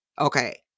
okay